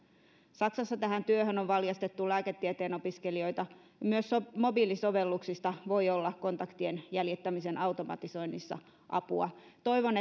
saksassa tähän työhön on valjastettu lääketieteen opiskelijoita ja myös mobiilisovelluksista voi olla kontaktien jäljittämisen automatisoinnissa apua toivon